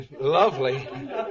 lovely